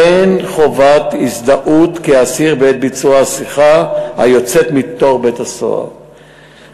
אין חובת הזדהות כאסיר בעת ביצוע שיחה היוצאת מתוך בית-הסוהר,